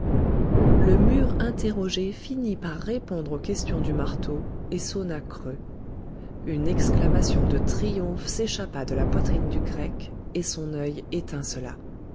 le mur interrogé finit par répondre aux questions du marteau et sonna creux une exclamation de triomphe s'échappa de la poitrine du grec et son œil étincela